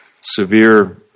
severe